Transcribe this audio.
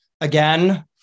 again